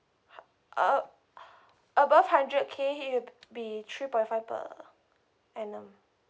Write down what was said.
uh above hundred K it will be three point five per annum